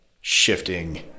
shifting